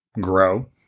grow